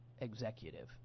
executive